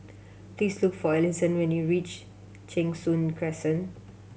please look for Allyson when you reach Cheng Soon Crescent